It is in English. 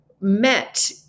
met